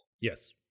Yes